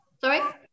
Sorry